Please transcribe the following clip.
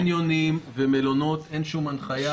קניונים ומלונות אין שום הנחיה.